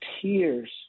tears